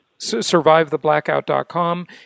Survivetheblackout.com